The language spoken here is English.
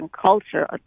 culture